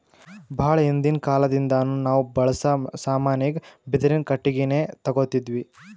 ಭಾಳ್ ಹಿಂದಿನ್ ಕಾಲದಿಂದಾನು ನಾವ್ ಬಳ್ಸಾ ಸಾಮಾನಿಗ್ ಬಿದಿರಿನ್ ಕಟ್ಟಿಗಿನೆ ತೊಗೊತಿದ್ವಿ